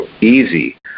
easy